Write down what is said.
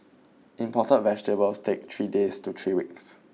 imported vegetables take three days to three weeks